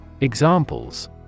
Examples